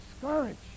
discouraged